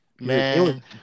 Man